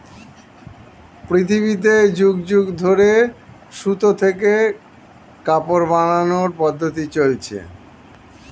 পৃথিবীতে যুগ যুগ ধরে সুতা থেকে কাপড় বানানোর পদ্ধতি চলছে